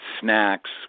snacks